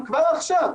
חבר הכנסת פינדרוס,